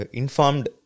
informed